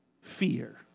fear